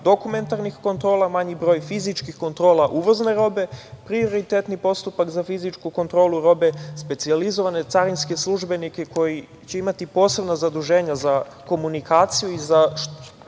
dokumentarnih kontrola, manji broj fizičkih kontrola uvozne robe, prioritetni postupak za fizičku kontrolu robe, specijalizovane carinske službenike koji će imati posebna zaduženja za komunikaciju i za